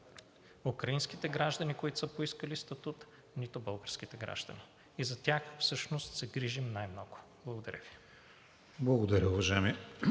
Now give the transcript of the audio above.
украинските граждани, които са поискали статут, нито българските граждани. И за тях всъщност се грижим най-много. Благодаря Ви.